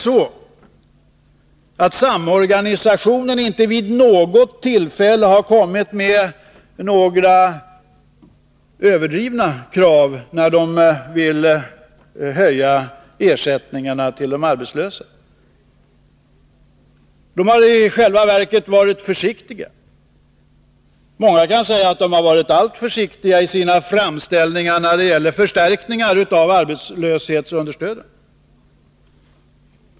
Men samorganisationen har inte vid något tillfälle fört fram överdrivna krav när det gäller höjning av ersättningarna till de arbetslösa. Den har i själva verket varit försiktig. Man kan säga att den varit alltför försiktig i sina framställningar när det gäller förstärkningar av arbetslöshetsunderstödet.